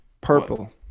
purple